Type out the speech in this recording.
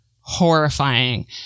horrifying